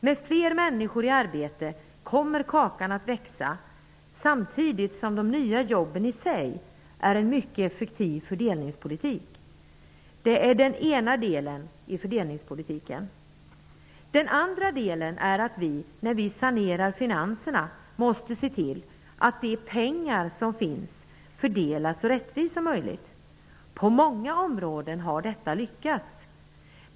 Med fler människor i arbete kommer kakan att växa samtidigt som de nya jobben i sig är en mycket effektiv fördelningspolitik. Det är den ena delen i fördelningspolitiken. Den andra delen är att vi, när vi sanerar finanserna, måste se till att de pengar som finns fördelas så rättvist som möjligt. På många områden har detta lyckats.